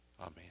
amen